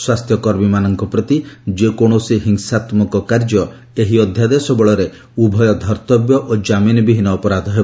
ସ୍ୱାସ୍ଥ୍ୟକର୍ମୀମାନଙ୍କ ପ୍ରତି ଯେକୌଣସି ହିଂସାତ୍ମକ କାର୍ଯ୍ୟ ଏହି ଅଧ୍ୟାଦେଶ ବଳରେ ଉଭୟ ଧର୍ତ୍ତବ୍ୟ ଓ ଜାମିନବିହୀନ ଅପରାଧ ହେବ